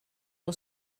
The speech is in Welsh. nhw